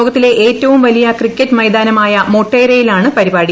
ലോകത്തിലെ ഏറ്റവും വലിയ ക്രിക്കറ്റ് മൈതാനമായ മൊട്ടേരയിൽ ആണ് പരിപാടി